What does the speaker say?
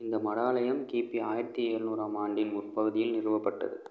இந்த மடாலயம் கிபி ஆயிரத்து எழ்நூறாம் ஆண்டின் முற்பகுதியில் நிறுவப்பட்டது